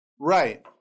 Right